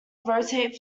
rotate